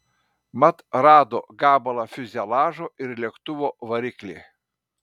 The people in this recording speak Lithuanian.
mat rado gabalą fiuzeliažo ir lėktuvo variklį